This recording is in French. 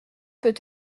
peut